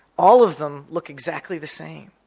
all of them look exactly the same.